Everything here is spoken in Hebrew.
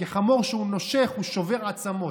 כי חמור, כשהוא נושך, הוא שובר עצמות.